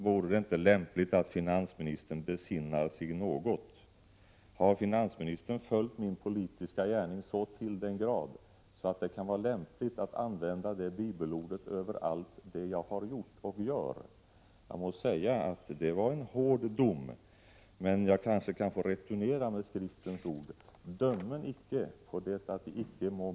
Många fackförbundsmedlemmar och försäkringstagare är förmodligen upprörda över att det folkrörelseanknutna försäkringsbolaget Folksam uppmärksammats för mindre smickrande finansaffärer, detta särskilt mot bakgrund av det faktum att ledande företrädare för LO och TCO innehar tunga styrelseposter i Folksam.